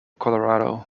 colorado